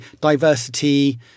diversity